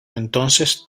entonces